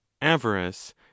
avarice